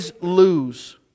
lose